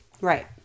Right